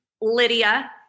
Lydia